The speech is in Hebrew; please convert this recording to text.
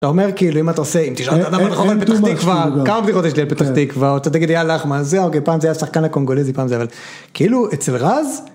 אומר כאילו אם אתה עושה עם תשאל את האדם הנכון בפתח תקווה כבר כמה פתיחות יש לי על פתח תקווה ואתה תגידי יאללה אחמד זה ארגן פעם זה היה שחקן לקונגוליזי פעם זה אבל כאילו אצל רז.